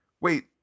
Wait